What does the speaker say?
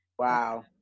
Wow